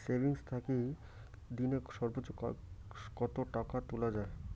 Savings থাকি দিনে সর্বোচ্চ টাকা কি তুলা য়ায়?